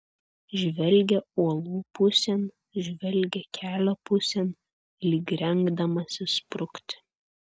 žvelgia uolų pusėn žvelgia kelio pusėn lyg rengdamasis sprukti